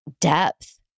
depth